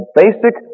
basic